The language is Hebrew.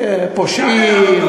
פושעים,